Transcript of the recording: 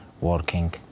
working